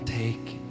take